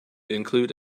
include